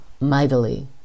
mightily